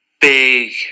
big